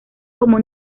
como